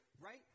right